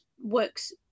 works